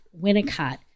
Winnicott